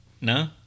No